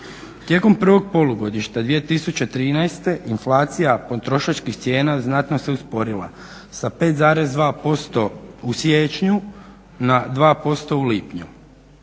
Tijekom prvog polugodišta 2013.inflacija potrošačkih cijena znatno se usporila sa 5,2% u siječnju na 2% u lipnju.